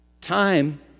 Time